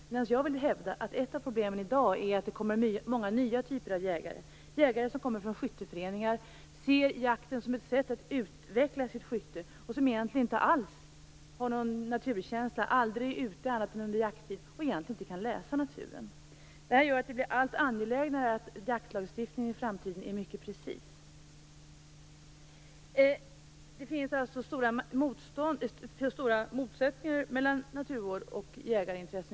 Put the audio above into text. Jag vill hävda att ett av problemen i dag är att det kommer många nya typer av jägare. Jägare som kommer från skytteföreningar ser jakten som ett sätt att utveckla sitt skytte. De har egentligen inte alls någon naturkänsla. De är aldrig ute annat än under jakttid och kan egentligen inte läsa naturen. Detta gör att det blir allt angelägnare att jaktlagstiftningen i framtiden är mycket precis. Det finns alltså stora motsättningar mellan naturvård och jägarintressen.